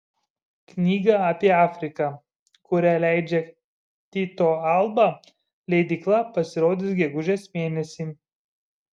knyga apie afriką kurią leidžia tyto alba leidykla pasirodys gegužės mėnesį